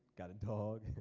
got a dog,